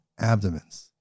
abdomens